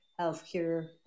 healthcare